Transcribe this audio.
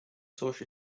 source